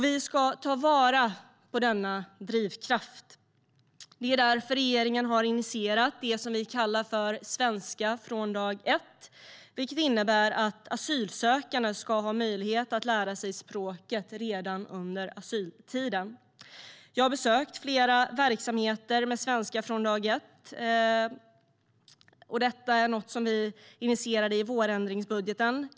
Vi ska ta vara på denna drivkraft. Det är därför som regeringen har initierat det som vi kallar för Svenska från dag ett, vilket innebär att asylsökande ska ha möjlighet att lära sig språket redan under asyltiden. Jag har besökt flera verksamheter med Svenska från dag ett. Detta initierade vi i vårändringsbudgeten.